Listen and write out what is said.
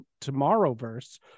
Tomorrowverse